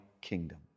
kingdom